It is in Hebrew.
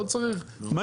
אם